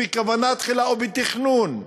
או בכוונה תחילה, או בתכנון,